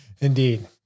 Indeed